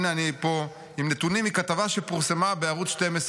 הינה אני פה עם נתונים מכתבה של שי לוי שפורסמה בערוץ 12,